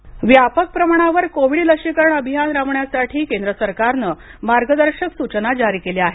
लसीकरण व्यापक प्रमाणावर कोविड लशीकरण अभियान राबवण्यासाठी केंद्र सरकारनं मार्गदर्शक सूचना जारी केल्या आहेत